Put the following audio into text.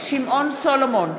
שמעון סולומון,